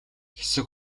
хэсэг